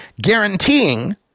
guaranteeing